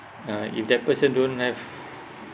uh if that person don't have